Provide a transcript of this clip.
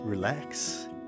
relax